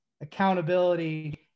accountability